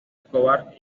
escobar